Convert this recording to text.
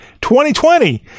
2020